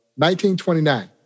1929